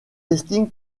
estime